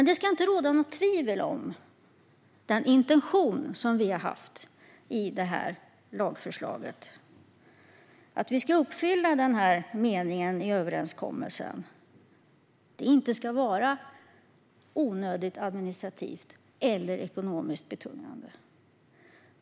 Det ska inte råda något tvivel om den intention som vi har haft med lagförslaget, att vi ska uppfylla målsättningen i meningen i överenskommelsen att det inte ska vara onödigt administrativt eller ekonomiskt betungande.